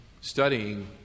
studying